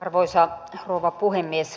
arvoisa rouva puhemies